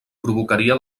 provocaria